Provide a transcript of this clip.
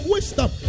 Wisdom